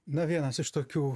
na vienas iš tokių